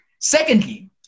Secondly